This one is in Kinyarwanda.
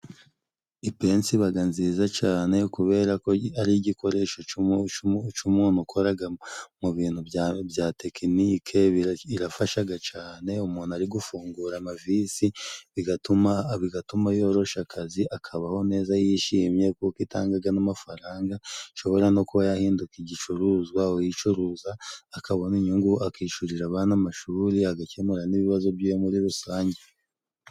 Ipensi ibaga nziza cane kuberako ari igikoresho c'umu cumu c'umuntu ukoraga mu bintu bya tekinike, irafashaga cane umuntu ari gufungura amavisi bigatuma bigatuma yorosha akazi akabaho neza yishimye, kuko itangaga n'amafaranga, ishobora no kuba yahinduka igicuruzwa uyicuruza akabona inyungu akishurira abana amashuri agakemura n'ibibazo by'iwe muri rusange.